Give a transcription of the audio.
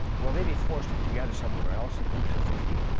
will they be forced to gather somewhere else in groups of fifty?